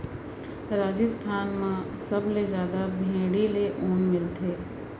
राजिस्थान म सबले जादा भेड़ी ले ऊन मिलथे